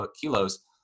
kilos